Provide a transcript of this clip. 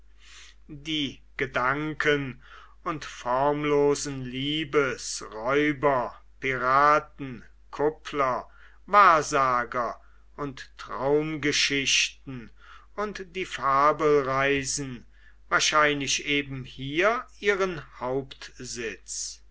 die gedanken und formlosen liebes räuber piraten kuppler wahrsager und traumgeschichten und die fabelreisen wahrscheinlich eben hier ihren hauptsitz